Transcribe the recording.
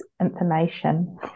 information